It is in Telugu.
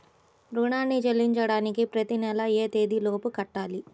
రుణాన్ని చెల్లించడానికి ప్రతి నెల ఏ తేదీ లోపు కట్టాలి?